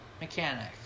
mechanic